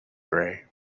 gray